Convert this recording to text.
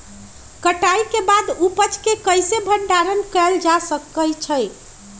कटाई के बाद उपज के कईसे भंडारण कएल जा सकई छी?